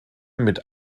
mit